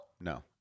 No